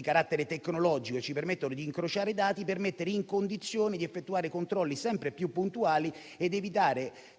carattere tecnologico, che ci permette di incrociare i dati per essere nelle condizioni di effettuare controlli sempre più puntuali ed evitare